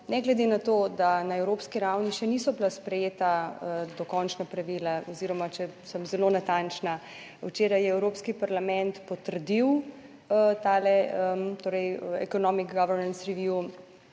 Ne glede na to, da na evropski ravni še niso bila sprejeta dokončna pravila oziroma če sem zelo natančna, včeraj je evropski parlament potrdil ta, torej Economic governance review.